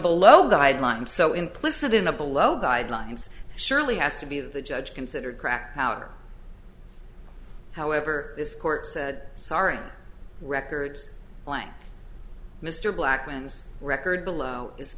below guideline so implicit in the below guidelines surely has to be that the judge considered crack powder however this court said sorry records blank mr blackman's record below is